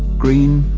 green,